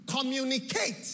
communicate